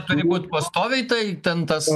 turi būt pastoviai tai ten tas